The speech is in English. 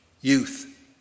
youth